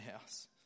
house